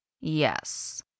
Yes